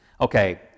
Okay